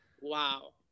Wow